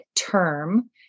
term